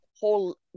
whole